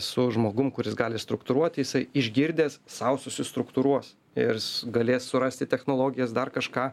su žmogum kuris gali struktūruoti jisai išgirdęs sau susistruktūruos irs galės surasti technologijas dar kažką